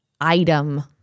item